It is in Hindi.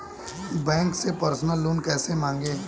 बैंक से पर्सनल लोन कैसे मांगें?